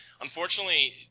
Unfortunately